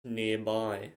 nearby